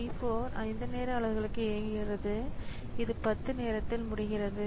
P 4 5 நேர அலகுக்கு இயங்குகிறது இது 10 நேரத்தில் முடிகிறது